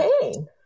pain